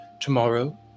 tomorrow